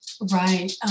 Right